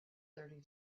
thirty